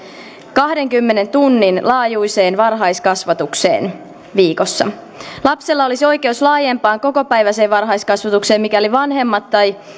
kahdenkymmenen tunnin laajuiseen varhaiskasvatukseen viikossa lapsella olisi oikeus laajempaan kokopäiväiseen varhaiskasvatukseen mikäli vanhemmat tai